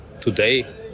today